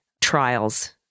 trials